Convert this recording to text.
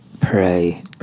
Pray